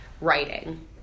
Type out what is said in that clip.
writing